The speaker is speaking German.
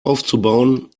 aufzubauen